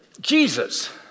Jesus